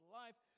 life